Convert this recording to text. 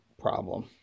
problem